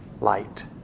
light